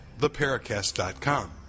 theparacast.com